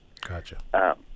Gotcha